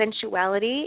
Sensuality